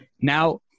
Now